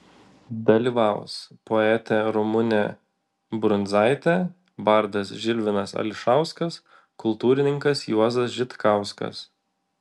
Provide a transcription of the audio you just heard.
dalyvaus poetė ramunė brundzaitė bardas žilvinas ališauskas kultūrininkas juozas žitkauskas